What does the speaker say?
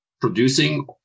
producing